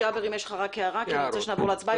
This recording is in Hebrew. ג'אבר, אם יש לך הערה, כי אני רוצה לעבור להצבעה.